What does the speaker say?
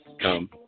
Come